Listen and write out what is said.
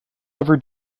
ever